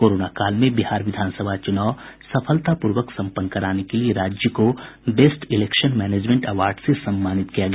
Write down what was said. corona काल में बिहार विधानसभा चुनाव सफलतापूर्वक सम्पन्न कराने के लिए राज्य को बेस्ट इलेक्शन मैनेजमेंट अवार्ड से सम्मानित किया गया